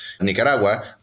Nicaragua